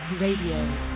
Radio